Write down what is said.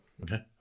Okay